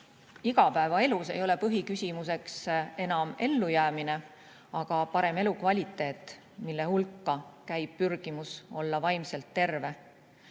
igapäevaelus ei ole põhiküsimuseks enam ellujäämine. Aga parema elukvaliteedi hulka käib pürgimus olla vaimselt terve.